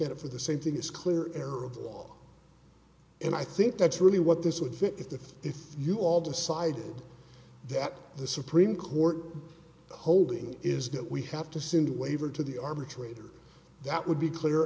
at it for the same thing is clear error of law and i think that's really what this would fit if the if you all decide that the supreme court holding is that we have to send a waiver to the arbitrator that would be clear er